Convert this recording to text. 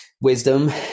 wisdom